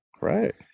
Right